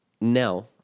now